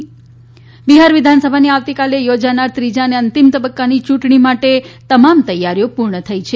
ત બિહાર વિધાનસભાની આવતીકાલે યોજાનાર ત્રીજા અને અંતિમ તબક્કાની યૂંટણી માટે તમામ તૈયારીઓ પૂર્ણ થઇ છે